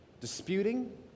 disputing